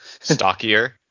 stockier